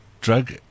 drug